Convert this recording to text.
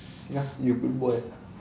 ya you good boy